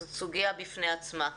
זו סוגיה בפני עצמה.